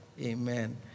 Amen